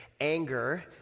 Anger